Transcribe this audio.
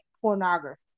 pornography